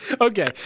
Okay